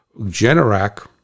Generac